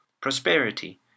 prosperity